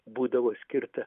būdavo skirta